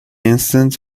instant